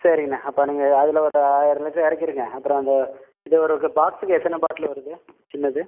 சரிங்கண்ண அப்போ நீங்கள் அதில் ஒரு ஆயிரம் லிட்ரு இறக்கிருங்க அப்புறம் அந்த இது ஒரு பாக்ஸுக்கு எத்தனை பாட்லு வருது சின்னது